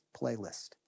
playlist